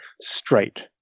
straight